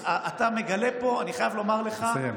תקשיב, אתה מגלה פה, אני חייב לומר לך, תסיים.